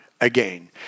again